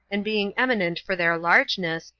and being eminent for their largeness,